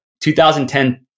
2010